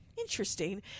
interesting